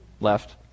left